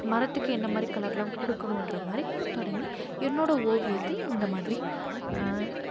மரத்துக்கு என்ன மாதிரி கலர்லாம் கொடுக்கணுன்ற மாதிரி தொடங்கி என்னோடய ஓவியத்தை இந்த மாதிரி